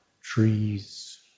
trees